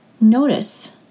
notice